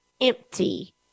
empty